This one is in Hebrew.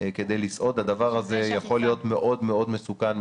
זה 35%. לא, במסעדות לא.